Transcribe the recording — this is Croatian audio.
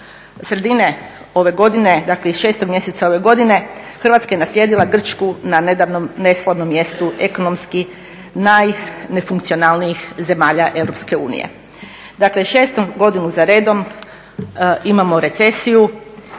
sredine ove godine, dakle iz 6. mjeseca ove godine Hrvatska je naslijedila Grčku na nedavnom neslavnom mjestu ekonomski najnefunkcionalnijih zemalja EU. Dakle, šestu godinu za redom imamo recesiju